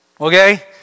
Okay